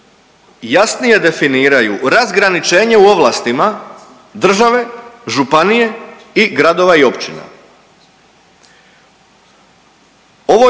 jasnije definiraju razgraničenje u ovlastima države, županije i gradova i općina.